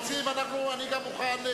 רבותי חברי הכנסת, לפנינו שתי הצעות לסדר-היום.